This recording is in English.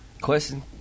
Question